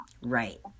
Right